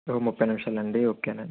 ముప్పై నిమిషాలు అండి ఓకేనండి